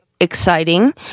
exciting